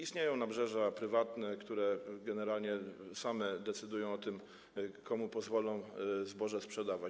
Istnieją nabrzeża prywatne, które generalnie same decydują o tym, komu pozwolą zboże sprzedawać.